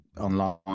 online